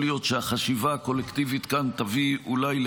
יכול להיות שהחשיבה הקולקטיבית כאן אולי תביא לחידוד,